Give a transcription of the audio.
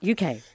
uk